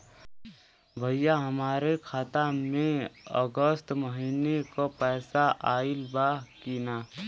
भईया हमरे खाता में अगस्त महीना क पैसा आईल बा की ना?